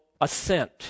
assent